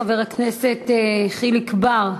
חבר הכנסת חיליק בר,